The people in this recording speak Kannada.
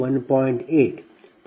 8 2 j0